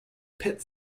pit